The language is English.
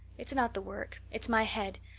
it's not the work it's my head.